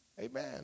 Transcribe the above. Amen